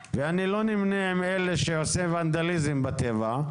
ואני לא נמנה עם אלה שעושה ונדליזם בטבע,